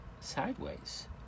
sideways